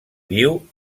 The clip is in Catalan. viu